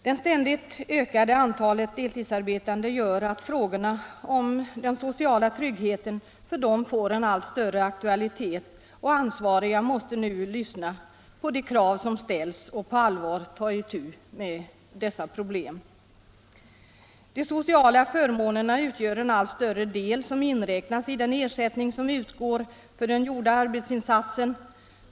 Det ständigt ökade antalet deltidsarbetande gör att frågorna om den sociala tryggheten för dem har en allt större aktualitet, och ansvariga måste nu lyssna på de krav som ställs och på allvar ta itu med dessa problem. De sociala förmånerna utgör en allt större del som inräknas i den ersättning som utgår för den gjorda arbetsinsatsen.